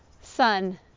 sun